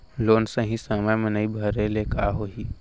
Loan सही समय मा नई भरे ले का होही?